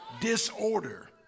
disorder